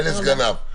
ולסגניו.